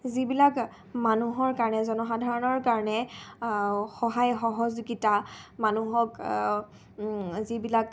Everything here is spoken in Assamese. যিবিলাক মানুহৰ কাৰণে জনসাধাৰণৰ কাৰণে সহায় সহযোগিতা মানুহক যিবিলাক